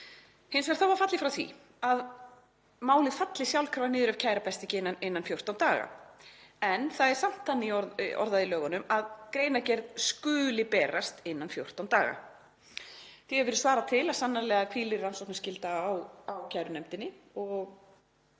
Hins vegar var fallið frá því að málið falli sjálfkrafa niður ef kæra berst ekki innan 14 daga en það er samt þannig orðað í lögunum að greinargerð skuli berast innan 14 daga. Því hefur verið svarað til að sannarlega hvíli rannsóknarskylda á kærunefndinni og